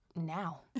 Now